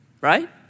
right